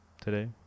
today